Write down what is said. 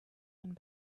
and